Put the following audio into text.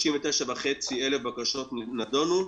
39,500 נידונו.